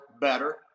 better